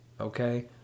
okay